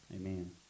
Amen